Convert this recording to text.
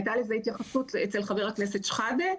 הייתה לזה התייחסות אצל חבר הכנסת שחאדה.